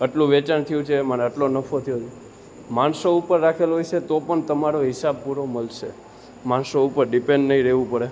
આટલું વેચાણ થયું છે મને મારે આટલો નફો થયો છે માણસો ઉપર રાખેલું હોય છે તો પણ તમારો હિસાબ પૂરો મલશે માણસો ઉપર ડીપેન્ડ નહીં રહેવું પડે